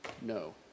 no